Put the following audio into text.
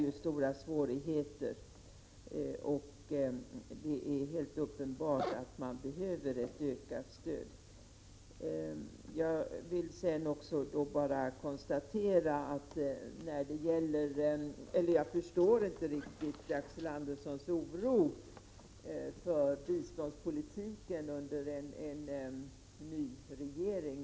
Jag har flera gånger besökt flyktinglägren. Det försök till uppodling av öknen som har påbörjats innebär stora svårigheter och visar helt uppenbart att det behövs ett ökat stöd. Jag förstår inte riktigt Axel Anderssons oro för biståndspolitiken under en ny regering.